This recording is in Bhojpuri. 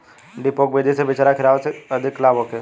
डेपोक विधि से बिचरा गिरावे से अधिक लाभ होखे?